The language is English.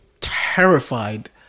terrified